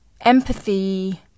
empathy